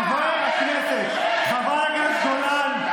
(קוראת בשמות חברי הכנסת) איתמר בן גביר,